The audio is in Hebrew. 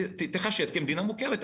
תיחשב למדינה מוכרת.